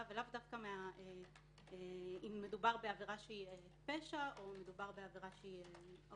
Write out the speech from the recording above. ולאו דווקא אם מדובר בעבירה שהיא פשע או בעבירה של עוון.